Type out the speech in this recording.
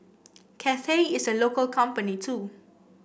Cathay is a local company too